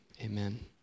amen